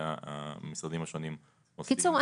שהמשרדים השונים עושים --- בקיצור,